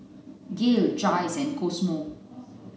Gael Jayce and Cosmo